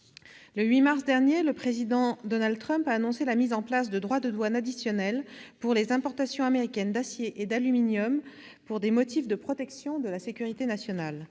Le 8 mars dernier, le président Donald Trump a annoncé la mise en place de droits de douane additionnels sur les importations américaines d'acier et d'aluminium pour des motifs de protection de la sécurité nationale.